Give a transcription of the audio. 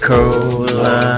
Cola